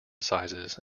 sizes